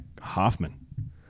Hoffman